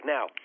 Now –